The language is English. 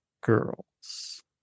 girls